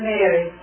Mary